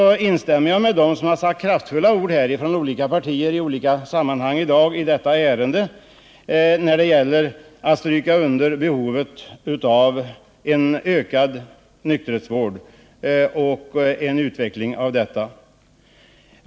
Därför instämmer jag med dem som i dag har uttalat kraftfulla ord i detta ärende och understrukit behovet av en ökad nykterhetsvård.